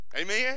Amen